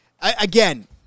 Again